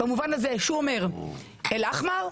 הוא אומר: אל-אחמר?